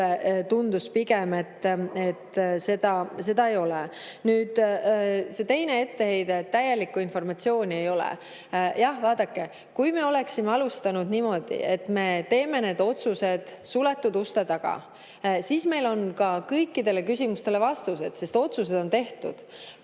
tundus, et seda ei ole. Nüüd, see teine etteheide, et täielikku informatsiooni ei ole. Jah, vaadake, kui me oleksime alustanud niimoodi, et me teeme need otsused suletud uste taga, siis meil oleks ka kõikidele küsimustele vastused, sest otsused oleks tehtud.